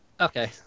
Okay